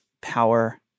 power